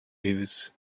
lives